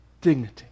Dignity